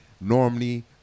normally